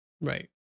right